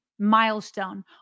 milestone